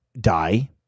die